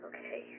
Okay